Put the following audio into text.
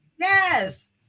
Yes